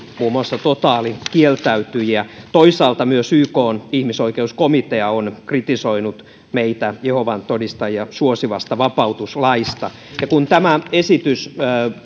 muun muassa totaalikieltäytyjiä toisaalta myös ykn ihmisoikeuskomitea on kritisoinut meitä jehovan todistajia suosivasta vapautuslaista kun tämä esitys